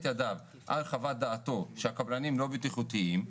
ידיו על חוות דעתו שהקבלנים לא בטיחותיים,